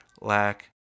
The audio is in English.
lack